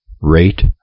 rate